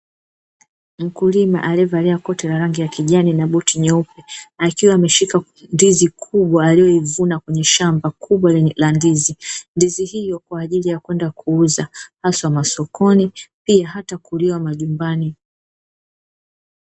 Mkulima aliyevalia koti la rangi ya kijani na buti nyeupe, akiwa ameshika ndizi kubwa aliyoivuna kwenye shamba la ndizi, ndizi hiyo kwaajili ya kwenda kuuza hasa masokoni pia hata kuliwa manyumbani.